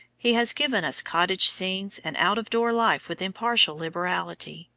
he has given us cottage scenes and out-of-door life with impartial liberality,